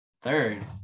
Third